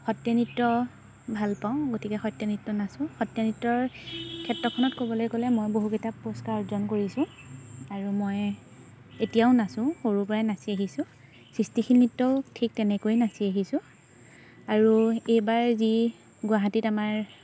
সত্ৰীয়া নৃত্য ভাল পাওঁ গতিকে সত্ৰীয়া নৃত্য নাচোঁ সত্ৰীয়া নৃত্যৰ ক্ষেত্ৰখনত ক'বলৈ গ'লে মই বহুকেইটা পুৰষ্কাৰ অৰ্জন কৰিছোঁ আৰু মই এতিয়াও নাচোঁ সৰুৰপৰাই নাচি আহিছোঁ সৃষ্টিশীল নৃত্যও ঠিক তেনেকৈয়ে নাচি আহিছোঁ আৰু এইবাৰ যি গুৱাহাটীত আমাৰ